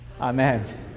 Amen